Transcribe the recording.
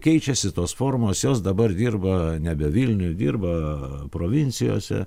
keičiasi tos formos jos dabar dirba nebe vilniuj dirba provincijose